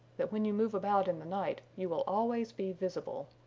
that when you move about in the night you will always be visible.